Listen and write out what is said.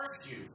argue